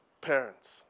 parents